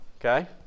Okay